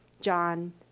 John